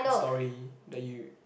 the story that you